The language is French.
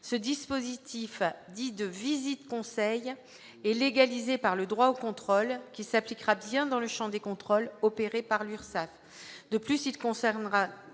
ce dispositif, dit de visite-conseil, est légalisé par le droit au contrôle, qui s'appliquera bien dans le champ des contrôles opérés par l'URSSAF.